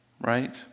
right